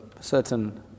certain